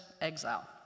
exile